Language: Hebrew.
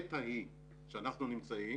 לעת ההיא שאנחנו נמצאים